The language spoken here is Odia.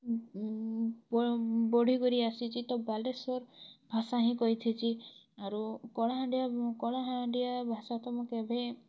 ମୁଁ ବ ବଢ଼ି କରି ଆସିଚି ତ ବାଲେଶ୍ୱର ଭାଷା ହିଁ କହିଥିସି ଆରୁ କଳାହାଣ୍ଡିଆ କଳାହାଣ୍ଡିଆ ଭାଷା ତ ମୁଁ କେଭେ